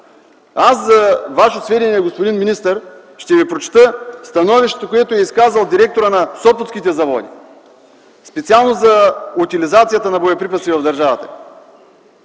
За Ваше сведение, господин министър, ще Ви прочета становището, което е изказал директорът на Сопотските заводи специално за утилизацията на боеприпаси в държавата: